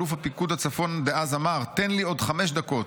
אלוף פיקוד הצפון דאז אמר: 'תן לי עוד חמש דקות'.